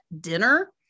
dinner